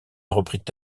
reprit